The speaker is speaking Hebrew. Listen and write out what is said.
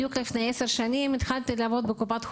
בדיוק לפני 10 שנים התחלתי לעבוד בקופ"ח